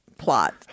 plot